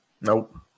nope